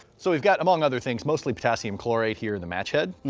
so we've got, among other things, mostly potassium chlorate here in the match head.